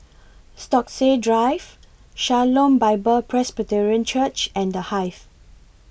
Stokesay Drive Shalom Bible Presbyterian Church and The Hive